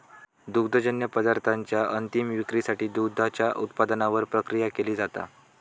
दुग्धजन्य पदार्थांच्या अंतीम विक्रीसाठी दुधाच्या उत्पादनावर प्रक्रिया केली जाता